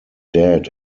dead